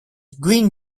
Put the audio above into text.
green